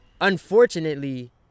Unfortunately